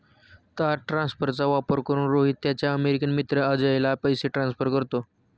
तार ट्रान्सफरचा वापर करून, रोहित त्याचा अमेरिकन मित्र अजयला पैसे ट्रान्सफर करतो